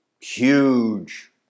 huge